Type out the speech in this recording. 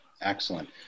Excellent